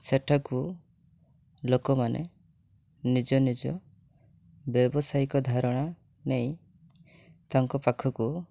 ସେଠାକୁ ଲୋକମାନେ ନିଜ ନିଜ ବ୍ୟବସାୟୀକ ଧାରଣା ନେଇ ତାଙ୍କ ପାଖକୁ